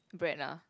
bread ah